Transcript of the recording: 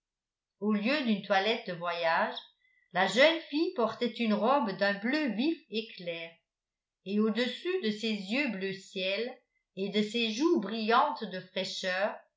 au lieu d'une toilette de voyage la jeune fille portait une robe d'un bleu vif et clair et au-dessus de ses yeux bleu ciel et de ses joues brillantes de fraîcheur